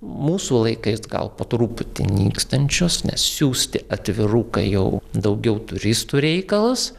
mūsų laikais gal po truputį nykstančios nes siųsti atvirukai jau daugiau turistų reikalas